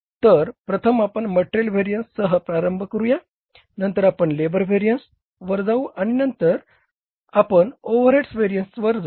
तर प्रथम आपण मटेरियल व्हेरिएन्सेस सह प्रारंभ करूया नंतर आपण लेबर व्हेरिएन्सेस वर जाऊ आणि मग आपण ओव्हरहेड व्हेरिएन्सेस वर जाऊ